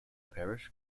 parish